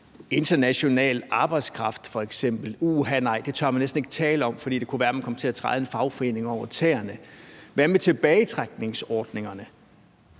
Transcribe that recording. international arbejdskraft. Uha, nej, det tør man næsten ikke tale om, fordi det kunne være, at man kom til at træde en fagforening over tæerne. Hvad med tilbagetrækningsordningerne?